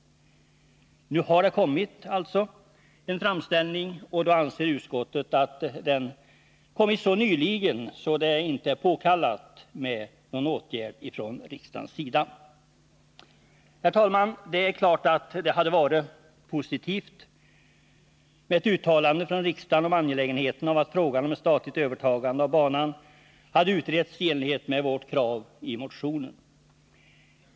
Nu har det alltså kommit en framställning, och då anser utskottet att den inkommit så nyligen att det inte är påkallat med någon åtgärd från riksdagens sida. Herr talman! Det är klart att det hade varit positivt med ett uttalande från riksdagen om angelägenheten av att frågan om ett statligt övertagande av banan hade utretts i enlighet med vårt krav i motionen.